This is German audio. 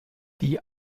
die